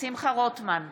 שמחה רוטמן,